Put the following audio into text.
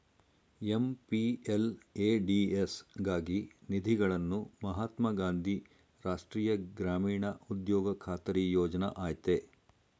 MPLADS ಗಾಗಿ ನಿಧಿಗಳನ್ನು ಮಹಾತ್ಮ ಗಾಂಧಿ ರಾಷ್ಟ್ರೀಯ ಗ್ರಾಮೀಣ ಉದ್ಯೋಗ ಖಾತರಿ ಯೋಜ್ನ ಆಯ್ತೆ